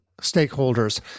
stakeholders